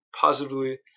positively